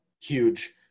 huge